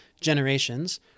generations